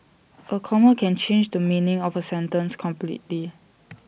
A comma can change the meaning of A sentence completely